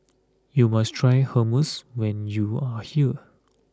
you must try Hummus when you are here